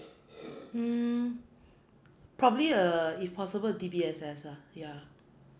hmm probably a if possible D_B_S_S lah yeah